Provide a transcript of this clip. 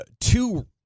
Two